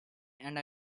and